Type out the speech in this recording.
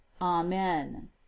amen